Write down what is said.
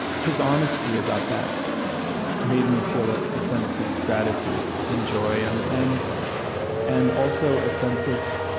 his honesty about that made me feel a sense of gratitude and joy, and and and also a sense of